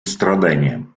страданиям